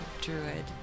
druid